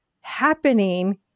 happening